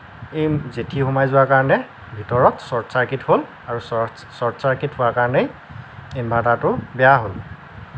এই জেঠী সোমাই যোৱা কাৰণে ভিতৰত চৰ্ট চাৰ্কিত হ'ল আৰু চ চৰ্ট চাৰ্কিত হোৱাৰ কাৰণেই ইনভাৰ্টাৰটো বেয়া হ'ল